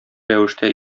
рәвештә